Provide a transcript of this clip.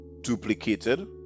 duplicated